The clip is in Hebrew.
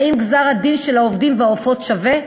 האם גזר-הדין של העובדים והעופות שווה?